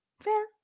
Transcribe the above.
Fair